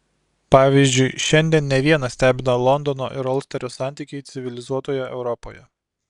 pavyzdžiui šiandien ne vieną stebina londono ir olsterio santykiai civilizuotoje europoje